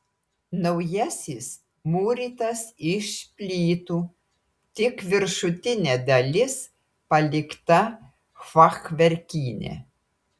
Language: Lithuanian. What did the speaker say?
naujasis mūrytas iš plytų tik viršutinė dalis palikta fachverkinė